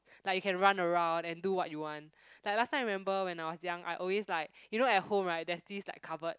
like you can run around and do what you want like last time I remember when I was young I always like you know at home right there's this like cupboard